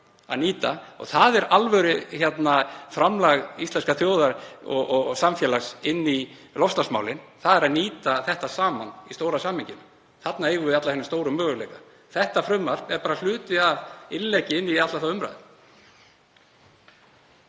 stefna og það er alvöruframlag íslenskrar þjóðar og samfélags inn í loftslagsmálin að nýta þetta saman í stóra samhenginu. Þarna eigum við alla hina stóru möguleika. Þetta frumvarp er bara hluti af innleggi inn í alla þá umræðu.